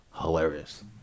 hilarious